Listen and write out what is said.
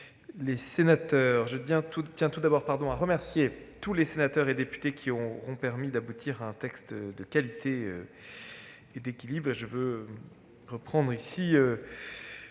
les sénateurs, je remercie tout d'abord l'ensemble des sénateurs et députés qui ont permis d'aboutir à ce texte de qualité et d'équilibre. Je veux reprendre, ici,